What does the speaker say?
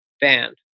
band